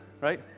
right